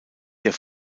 der